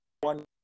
one